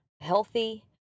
healthy